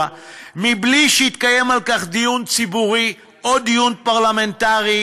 בלי שיתקיים על כך דיון ציבורי או דיון פרלמנטרי,